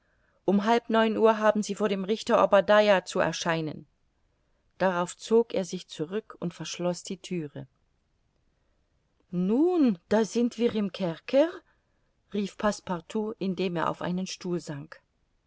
um halb neun haben sie vor dem richter obadiah zu erscheinen darauf zog er sich zurück und verschloß die thüre nun da sind wir im kerker rief passepartout indem er auf einen stuhl sank